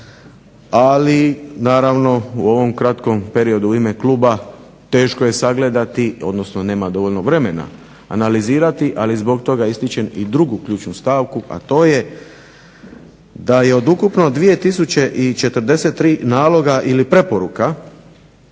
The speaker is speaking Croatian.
ali naravno u ovom kratkom periodu u ime kluba teško je sagledati, odnosno nema dovoljno vremena analizirati ali zbog toga ističem i drugu ključnu stavku, a to je da je od ukupno 2043. Naloga ili preporuka